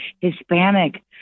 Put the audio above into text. Hispanic